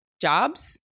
jobs